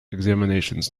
examinations